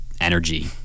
energy